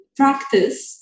practice